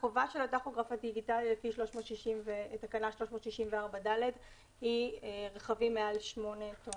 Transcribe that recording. החובה של הטכוגרף הדיגיטלי לפי תקנה 364ד היא רכבים מעל 8 טון.